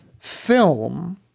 film